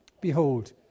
Behold